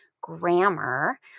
grammar